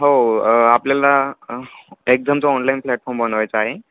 हो आपल्याला एक्झामचं ऑनलाईन प्लॅटफॉर्म बनवायचा आहे